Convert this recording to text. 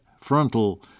frontal